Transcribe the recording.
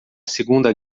segunda